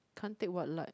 can't take what light